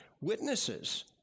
witnesses